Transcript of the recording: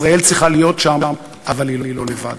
ישראל צריכה להיות שם, אבל היא לא לבד.